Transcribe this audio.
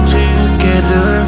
together